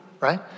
right